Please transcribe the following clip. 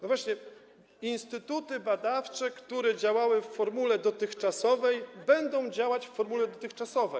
No właśnie, instytuty badawcze, które działały w formule dotychczasowej, będą działać w formule dotychczasowej.